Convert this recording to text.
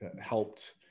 helped